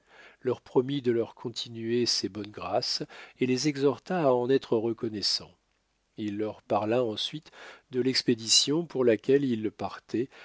leur promit de leur continuer ses bonnes grâces et les exhorta à en être reconnaissants il leur parla ensuite de l'expédition pour laquelle il partait